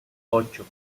ocho